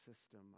system